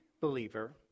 believer